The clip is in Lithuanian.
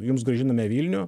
jums grąžinom vilnių